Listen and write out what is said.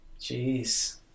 Jeez